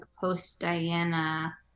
post-Diana